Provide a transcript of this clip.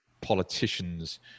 politician's